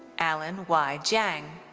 alan y. jiang.